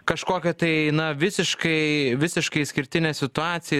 kažkokia tai na visiškai visiškai išskirtine situacija